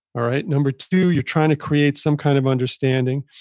all right? number two, you're trying to create some kind of understanding.